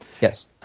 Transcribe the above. Yes